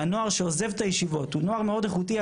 הנוער שעוזב את הישיבות הוא נוער מאוד איכותי,